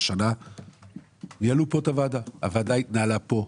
הוועדה התנהלה פה,